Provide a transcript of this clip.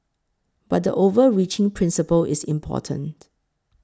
but the overreaching principle is important